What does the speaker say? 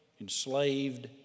enslaved